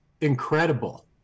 incredible